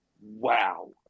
Wow